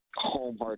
home